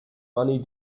money